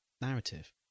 narrative